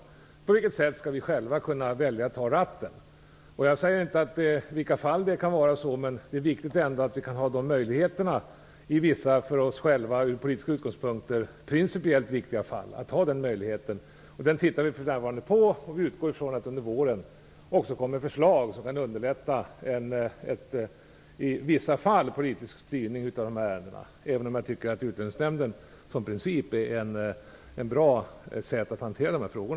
Det handlar om på vilket sätt vi skall kunna välja att ta över ratten. Jag säger inte vilka fall det kan vara. Det är viktigt att vi kan ha de möjligheterna i vissa, för oss själva från politiska utgångspunkter principiellt viktiga fall. Vi ser för närvarande över detta. Vi utgår från att det under våren kommer förslag som kan underlätta en politisk styrning av dessa ärenden i vissa fall, även om jag tycker att Utlänningsnämnden i princip är ett bra sätt att hantera dessa frågor.